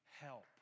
help